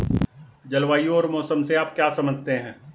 जलवायु और मौसम से आप क्या समझते हैं?